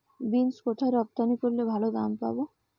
Beans কোথায় রপ্তানি করলে ভালো দাম পাব?